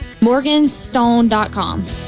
morganstone.com